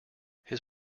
his